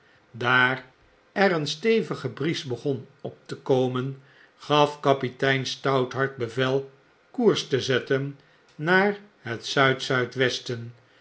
daar er een stgve bries begon op te komen gaf kapitein stouthart bevel koers te zetten naar het